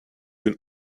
can